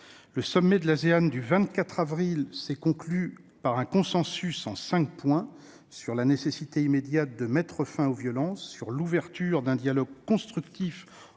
de l'Asie du Sud-Est) du 24 avril 2021 s'est conclu par un consensus sur cinq points : la nécessité immédiate de mettre fin aux violences, l'ouverture d'un dialogue constructif